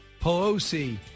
Pelosi